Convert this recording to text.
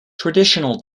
traditional